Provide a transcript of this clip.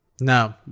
no